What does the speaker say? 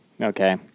Okay